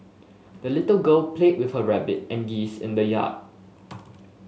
the little girl played with her rabbit and geese in the yard